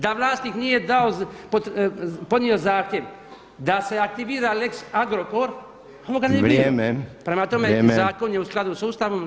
Da vlasnik nije dao, podnio zahtjev da se aktivira lex Agrokor onda ga ne bi bilo [[Upadica Reiner: Vrijeme.]] Prema tome, zakon je u skladu sa Ustavom.